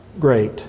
great